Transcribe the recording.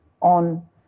on